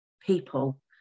people